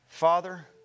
Father